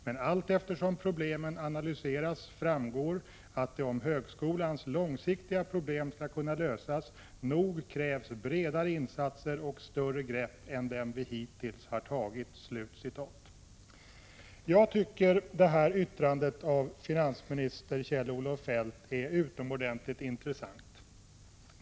Men allteftersom problemen analyseras framgår att det om högskolans långsiktiga problem skall kunna lösas nog krävs bredare insatser och större grepp än dem vi hittills har tagit.” Jag tycker att finansministerns yttrande är utomordentligt intressant.